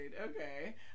Okay